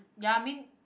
ya I mean